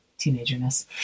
Teenagerness